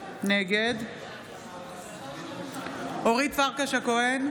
נגד אורית פרקש הכהן,